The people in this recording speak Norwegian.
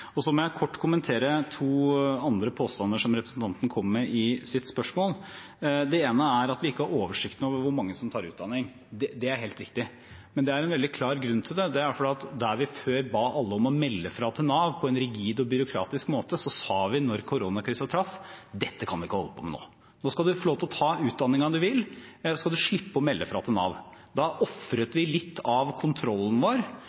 Så må jeg kort kommentere to andre påstander som representanten kom med i sitt spørsmål. Det ene er at vi ikke har oversikt over hvor mange som tar utdanning. Det er helt riktig, men det er en veldig klar grunn til det. Det er at der vi før ba alle om å melde fra til Nav – på en rigid og byråkratisk måte – sa vi da koronakrisen traff: Dette kan vi ikke holde på med nå. Nå skal de få lov til å ta den utdanningen de vil, og så skal de slippe å melde fra til Nav. Da ofret vi litt av kontrollen vår